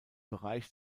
bereich